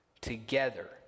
Together